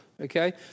okay